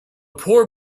poor